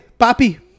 Papi